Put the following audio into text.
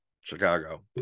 Chicago